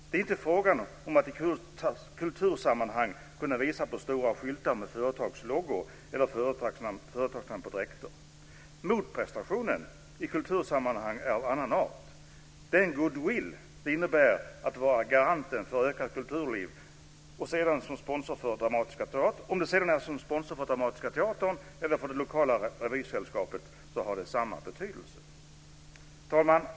Det är inte fråga om att i kultursammanhang kunna visa på stora skyltar med företagsloggor eller företagsnamn på dräkter. Motprestationen i kultursammanhang är av annan art, nämligen den goodwill det innebär att vara garanten för ett ökat kulturliv - om det sedan är som sponsor för Dramatiska teatern eller för det lokala revysällskapet så har det samma betydelse. Herr talman!